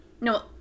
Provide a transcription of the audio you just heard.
no